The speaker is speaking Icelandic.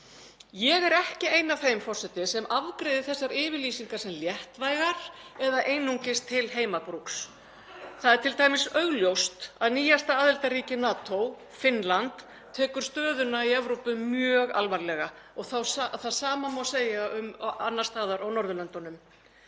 Ég er ekki ein af þeim forseti sem afgreiðir þessar yfirlýsingar sem léttvægar eða einungis til heimabrúks. Það er t.d. augljóst að nýjasta aðildarríki NATO, Finnland, tekur stöðuna í Evrópu mjög alvarlega og það sama má segja um hin Norðurlöndin,